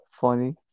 funny